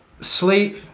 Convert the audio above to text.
sleep